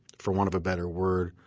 for one of a better word,